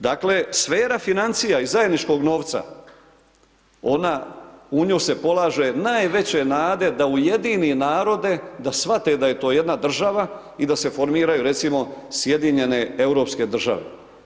Dakle, sfera financija i zajedničkog novca, ona, u nju se polaže najveće nade da ujedini narode da shvate da je to jedna država i da se formiraju, recimo Sjedinjene europske države.